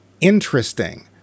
interesting